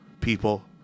people